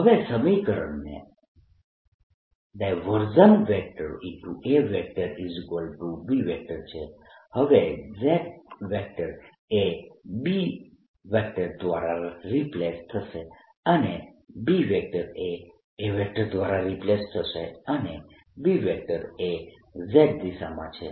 હવે સમીકરણને AB છે હવે J એ B દ્વારા રિપ્લેસ થશે અને B એ A દ્વારા રિપ્લેસ થશે અને B એ z દિશામાં છે